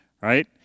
right